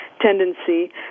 tendency